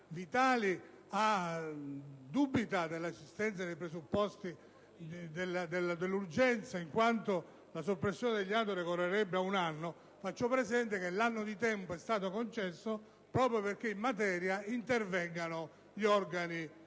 alla sussistenza dei presupposti d'urgenza in quanto la soppressione degli ATO decorrerebbe tra un anno, faccio presente che l'anno di tempo è stato concesso proprio perché in materia intervengano gli organi